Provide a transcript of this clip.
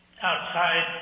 outside